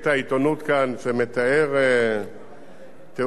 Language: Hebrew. שמתאר תיאור דרמטי